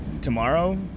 tomorrow